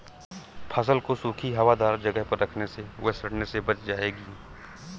फसल को सूखी, हवादार जगह पर रखने से वह सड़ने से बच जाएगी